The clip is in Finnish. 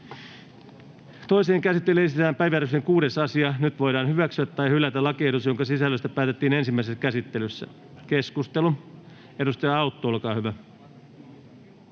Toiseen käsittelyyn esitellään päiväjärjestyksen 9. asia. Nyt voidaan hyväksyä tai hylätä lakiehdotus, jonka sisällöstä päätettiin ensimmäisessä käsittelyssä. Avaan keskustelun. Edustaja Juvonen, olkaa hyvä.